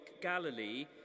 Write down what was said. Galilee